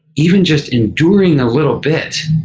even just enduring a little bit,